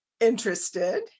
interested